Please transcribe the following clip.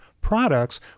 products